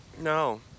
No